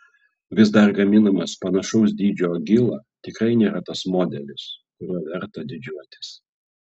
vis dar gaminamas panašaus dydžio agila tikrai nėra tas modelis kuriuo verta didžiuotis